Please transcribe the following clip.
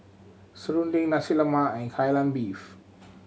serunding Nasi Lemak and Kai Lan Beef